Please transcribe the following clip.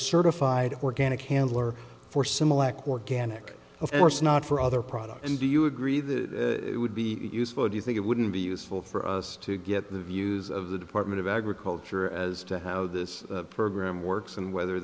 certified organic handler for similac organic of course not for other products and do you agree that it would be useful do you think it wouldn't be useful for us to get the views of the department of agriculture as to how this program works and whether